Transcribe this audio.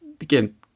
Again